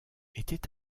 était